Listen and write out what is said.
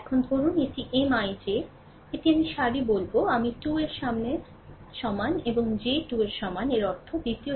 এখন ধরুন এটি M ij এটি আমি সারি বলব আমি 2 এর সমান এবং j 2 এর সমান এর অর্থ দ্বিতীয় সারি এবং তৃতীয় কলাম